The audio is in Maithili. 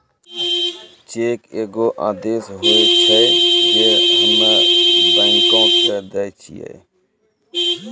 चेक एगो आदेश होय छै जे हम्मे बैंको के दै छिये